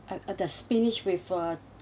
uh uh the spinach with a